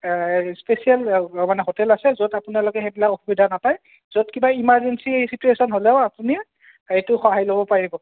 special মানে hotel আছে য'ত আপোনালোকে সেইবিলাক অসুবিধা নাপায় য'ত কিবা ইমাৰ্জেঞ্চি চিটুৱেচন হ'লেও আপুনি সেইটো সহায় ল'ব পাৰিব